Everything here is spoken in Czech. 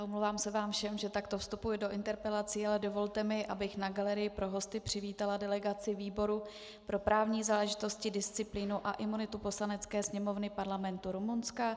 Omlouvám se vám všem, že takto vstupuji do interpelací, ale dovolte mi, abych na galerii pro hosty přivítala delegaci výboru pro právní záležitosti, disciplínu a imunity Poslanecké sněmovny Parlamentu Rumunska.